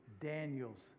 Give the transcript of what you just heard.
Daniel's